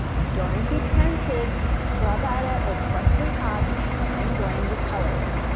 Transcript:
don't be tempted to scrub at it or press too hard to try and blend your colors.